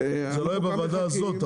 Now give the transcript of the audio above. זה לא יהיה בוועדה הזאת,